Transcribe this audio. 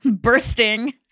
bursting